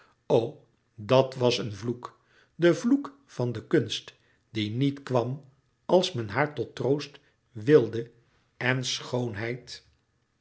dat was een vloek de vloek van de kunst die niet kwam als men haar tot troost wilde en schoonheid